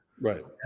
Right